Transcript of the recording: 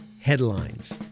Headlines